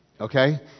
Okay